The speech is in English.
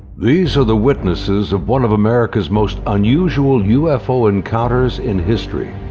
these are the witnesses of one of america's most unusual ufo encounters in history.